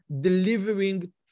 delivering